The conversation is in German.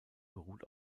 beruht